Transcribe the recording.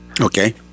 Okay